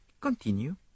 Continue